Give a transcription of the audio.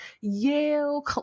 Yale